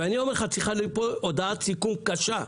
ואני אומר, יום אחד צריכה ליפול הודעת סיכום קשה.